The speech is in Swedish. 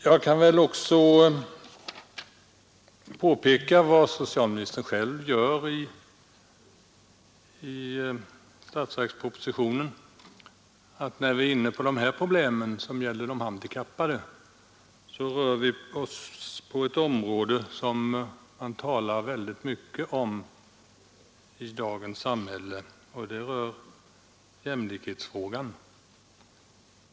Jag vill också påpeka — och socialministern gör det också själv i statsverkspropositionen — att när vi är inne på de handikappades problem så rör vi oss på ett område som diskuteras mycket i dagens samhälle. Det gäller jämlikhetsfrågan.